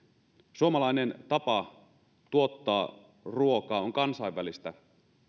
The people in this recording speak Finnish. suomalainen tapa tuottaa ruokaa on kansainvälistä